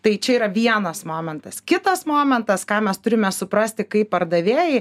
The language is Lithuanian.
tai čia yra vienas momentas kitas momentas ką mes turime suprasti kaip pardavėjai